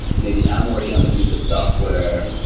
maybe i'm working on a piece of software,